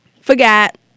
Forgot